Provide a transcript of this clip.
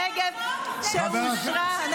זה בדיוק החוק.